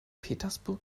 petersburg